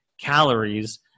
calories